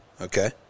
Okay